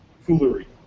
foolery